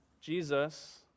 Jesus